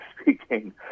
speaking